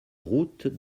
route